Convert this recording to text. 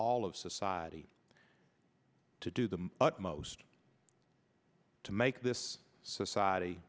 all of society to do the utmost to make this society